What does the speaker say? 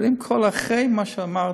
אבל אחרי כל מה שאמרת,